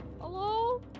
Hello